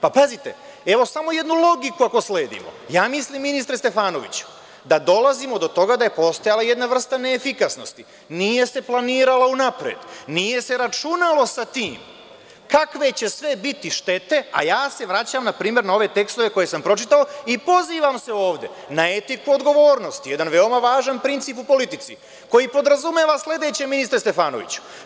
Pazite, evo samo jednu logiku ako sledimo, ja mislim ministre Stefanoviću, da dolazimo do toga da je postojala jedna vrsta neefikasnosti, nije se planiralo unapred, nije se računalo sa tim kakve će sve biti štete, a ja se vraćam na primer na ove tekstove koje sam pročitao i pozivam se ovde na etiku odgovornosti, jedan veoma važan princip u politici koji podrazumeva sledeće, ministre Stefanoviću.